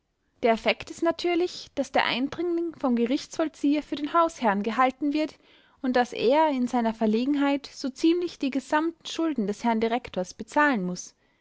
der effekt ist natürlich daß der eindringling vom gerichtsvollzieher für den hausherrn gehalten wird und daß er in seiner verlegenheit so ziemlich die gesamten schulden des herrn direktors bezahlen muß